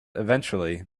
eventually